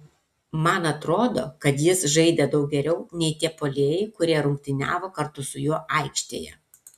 man atrodo kad jis žaidė daug geriau nei tie puolėjai kurie rungtyniavo kartu su juo aikštėje